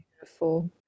Beautiful